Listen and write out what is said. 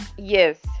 Yes